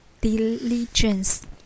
diligence